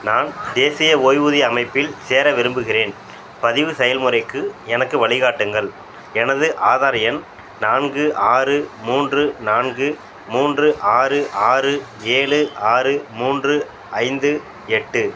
நான் தேசிய ஓய்வூதிய அமைப்பில் சேர விரும்புகிறேன் பதிவு செயல்முறைக்கு எனக்கு வழிகாட்டுங்கள் எனது ஆதார் எண் நான்கு ஆறு மூன்று நான்கு மூன்று ஆறு ஆறு ஏழு ஆறு மூன்று ஐந்து எட்டு